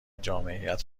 جامعیت